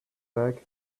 bag